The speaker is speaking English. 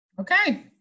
Okay